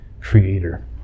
Creator